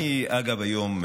אני, אגב, היום,